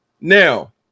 Now